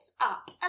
up